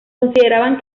consideraban